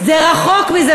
תודה רבה לכם.